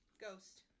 Ghost